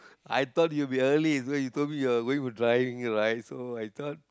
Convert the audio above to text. I thought you'll be early so you told me you going for driving right so I thought